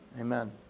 Amen